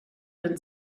and